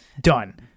done